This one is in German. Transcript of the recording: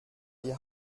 die